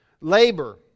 Labor